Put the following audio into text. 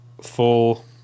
full